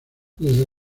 desde